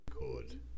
Good